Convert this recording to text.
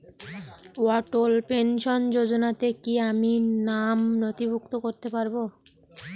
অটল pension যোজনাতে কি আমি নাম নথিভুক্ত করতে পারবো?